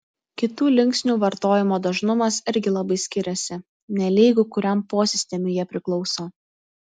kitų linksnių vartojimo dažnumas irgi labai skiriasi nelygu kuriam posistemiui jie priklauso